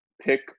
Pick